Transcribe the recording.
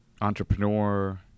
entrepreneur